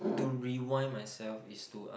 to rewind myself is to uh